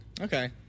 Okay